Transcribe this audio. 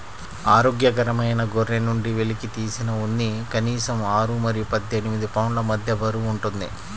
ఆరోగ్యకరమైన గొర్రె నుండి వెలికితీసిన ఉన్ని కనీసం ఆరు మరియు పద్దెనిమిది పౌండ్ల మధ్య బరువు ఉంటుంది